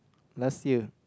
last year